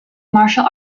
martial